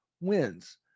wins